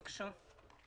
בבקשה.